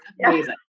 amazing